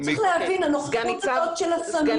צריך להבין הנוכחות הזאת של הסמים